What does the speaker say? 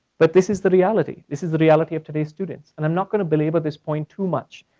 but this is the reality. this is the reality of today's students. and i'm not gonna belabor this point too much,